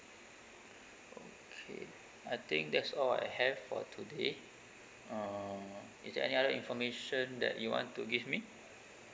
okay I think that's all I have for today uh is there any other information that you want to give me